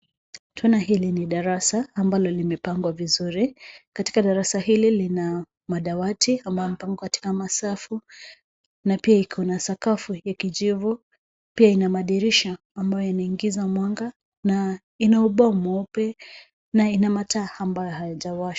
Tunaona hili ni darasa ambalo limepangwa vizuri. Katika darasa hili lina madawati ama imepangwa katika masafu na pia ikona sakafu ya kijivu pia ina madirisha ambayo inaingiza mwanga na ina ubao mweupe na ina mataa ambayo haijawashwa.